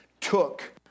took